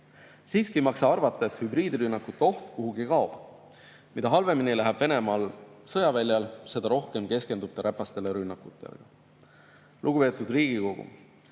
Siiski ei maksa arvata, et hübriidrünnakute oht kuhugi kaob. Mida halvemini läheb Venemaal sõjaväljal, seda rohkem keskendub ta räpastele rünnakutele. Lugupeetud Riigikogu!